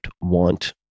want